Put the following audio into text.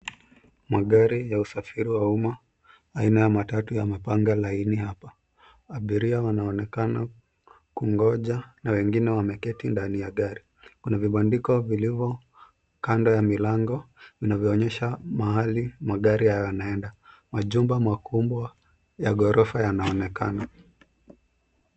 Magari ya usafiri wa umma aina ya matatu yamepanga laini hapa. Abiria wanaonekana kungoja na wengine wengine wameketi ndani ya gari. Kuna vibandiko vilivyo kando ya milango vinavyoonyesha mahali magari hayo yanaenda. Majumba makubwa ya ghorofa yanaonekana.